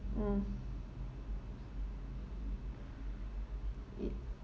mm it